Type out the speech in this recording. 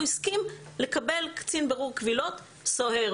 הסכים לקבל קצין בירור קבילות סוהר,